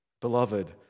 Beloved